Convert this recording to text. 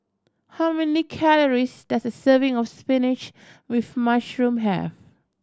how many calories does a serving of spinach with mushroom have